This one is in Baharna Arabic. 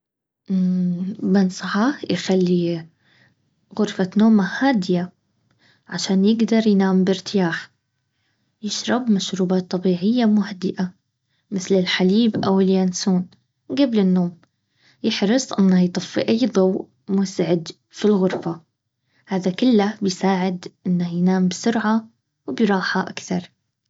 منفعة يخلي غرفة نومه هادية عشان يقدر ينام بارتياح يشرب مشروبات طبيعية مهدئة مثل الحليب او اليابسون قبل النوم يحرص انه يطفي اي ضوء مزعج في الغرفة هذا بيساعد انه ينام بسرعة وبراحة اكثر